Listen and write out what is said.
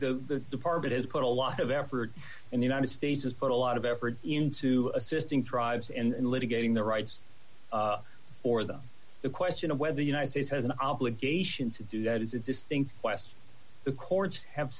we the department has put a lot of effort and the united states has put a lot of effort into assisting drives and litigating the rights for them the question of whether the united states has an obligation to do that is a distinct question the courts have